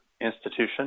institution